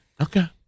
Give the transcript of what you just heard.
Okay